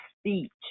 speech